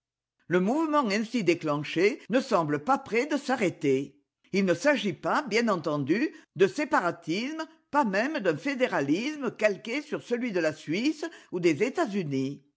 le mouvement ainsi déclenché ne semble pas près de s'arrêter il ne s'agit pas bien entendu de séparatisme pas même d'un fédéralisme calqué sur celui de la suisse ou des etats-unis